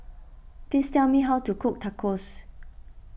please tell me how to cook Tacos